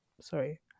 sorry